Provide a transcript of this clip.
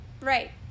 Right